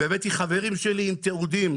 והבאתי חברים עם תיעוד,